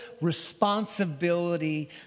responsibility